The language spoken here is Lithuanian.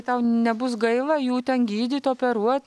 tau nebus gaila jų ten gydyt operuot